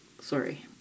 Sorry